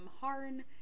Harn